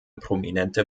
prominente